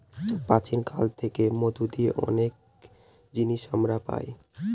প্রাচীন কাল থেকে মধু দিয়ে অনেক জিনিস আমরা পায়